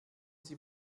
sie